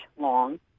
long